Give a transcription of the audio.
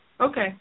Okay